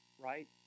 right